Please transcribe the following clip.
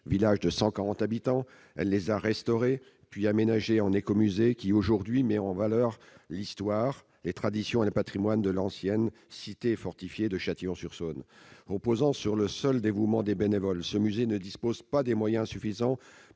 village de 140 habitants. Elle les a restaurées, puis aménagées en un écomusée, qui met aujourd'hui en valeur l'histoire, les traditions et le patrimoine de l'ancienne cité fortifiée de Châtillon-sur-Saône. Reposant sur le seul dévouement des bénévoles, ce musée ne dispose pas des moyens suffisants